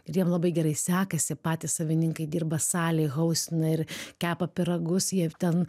ir jiem labai gerai sekasi patys savininkai dirba salėj haustina ir kepa pyragus jie ten